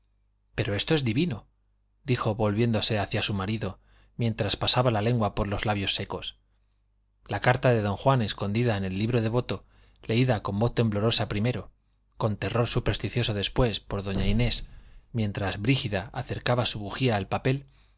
pero esto es divino dijo volviéndose hacia su marido mientras pasaba la lengua por los labios secos la carta de don juan escondida en el libro devoto leída con voz temblorosa primero con terror supersticioso después por doña inés mientras brígida acercaba su bujía al papel